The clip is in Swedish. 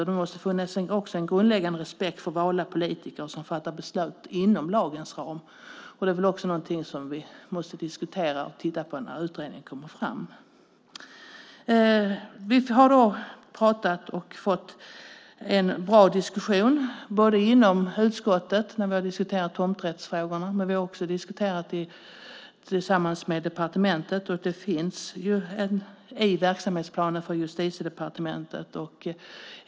Det måste också finnas en grundläggande respekt för valda politiker som fattar beslut inom lagens ram. Det är något som vi måste diskutera och titta på när utredningen kommer fram. Vi har haft en bra diskussion inom utskottet när vi har diskuterat tomträttsfrågorna, men vi har också diskuterat det tillsammans med departementet. Det finns i verksamhetsplanen för Justitiedepartementet.